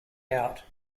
out